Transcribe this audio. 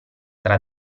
tra